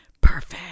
Perfect